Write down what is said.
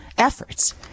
efforts